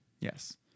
Yes